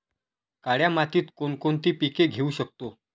काळ्या मातीत कोणकोणती पिके घेऊ शकतो?